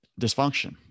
dysfunction